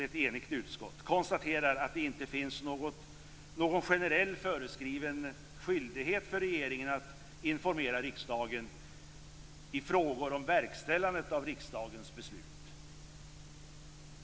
Ett enigt utskott konstaterar att det inte finns någon generell föreskriven skyldighet för regeringen att informera riksdagen i frågor om verkställandet av riksdagens beslut.